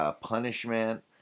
Punishment